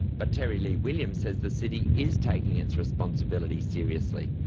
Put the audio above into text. but terry lee williams says the city is taking its responsibilities seriously,